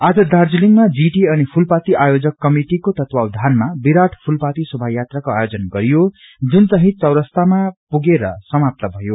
आज दार्जीलिङमा जीटिए अनि फूलपाती आयोजक कमिटिको तत्वाधनमा विराट फूलपाती शोभायात्रको आयेजन गरियो जन चाहिं चौरास्तामा पुगेर समाप्त भयो